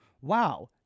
Wow